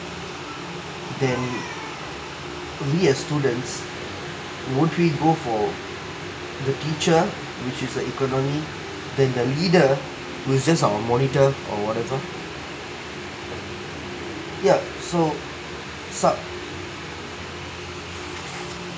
then we as students won't we go for the teacher which is a economy then the leader which just our monitor or whatever ya so sub